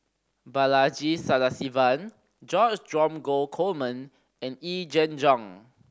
Balaji Sadasivan George Dromgold Coleman and Yee Jenn Jong